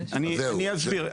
אסביר.